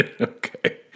Okay